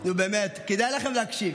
נו, באמת, כדאי לכם להקשיב,